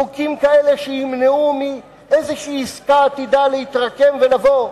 חוקים כאלה שימנעו מאיזושהי עסקה עתידה להתרקם ולבוא.